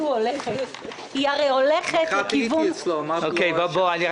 הרופא ייתן לו את זה